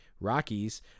Rockies